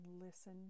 listen